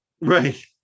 Right